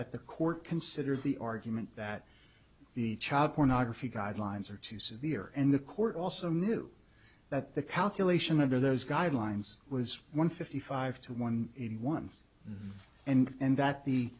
that the court considers the argument that the child pornography guidelines are too severe and the court also knew that the calculation of those guidelines was one fifty five to one in one and that the